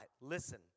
Listen